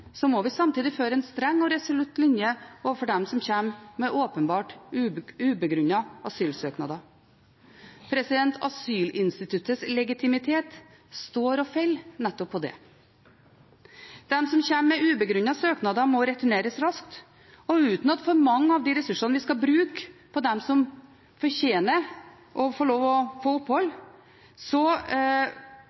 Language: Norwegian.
må vi samtidig føre en streng og resolutt linje overfor dem som kommer med åpenbart ubegrunnede asylsøknader. Asylinstituttets legitimitet står og faller nettopp på det. De som kommer med ubegrunnede søknader, må returneres raskt og uten at for mange av samfunnets ressurser som vi skal bruke på dem som fortjener å få opphold, brukes på returen. Vi trenger å